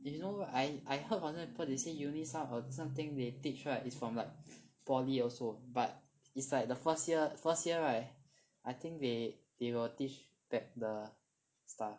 you know I I heard some people they say uni some thing they teach right is from poly also but it's like the first year first year right I think they they will teach back some stuff